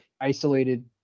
isolated